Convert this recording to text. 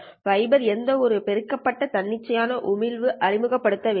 fibre எந்தவொரு பெருக்கப்பட்ட தன்னிச்சையான உமிழ்வு அறிமுகப்படுத்தவில்லை